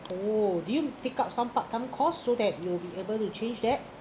oh do you take up some part-time course so that you'll be able to change that